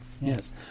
Yes